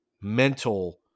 mental